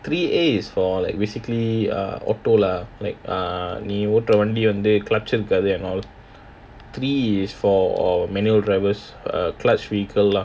three A is for like basically err auto lah like err நீ ஒற்றை வண்டில clutch இருக்காது:nee otra wandila clutch irukkaathu and all three is for manual drivers err clutch vehicle lah